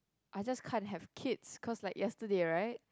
I just can't have kids cause like yesterday right